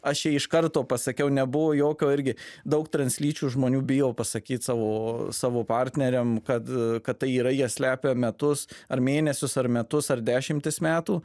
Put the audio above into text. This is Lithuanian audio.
aš jai iš karto pasakiau nebuvo jokio irgi daug translyčių žmonių bijo pasakyt savo savo partneriam kad kad tai yra jie slepia metus ar mėnesius ar metus ar dešimtis metų